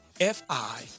F-I